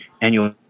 annual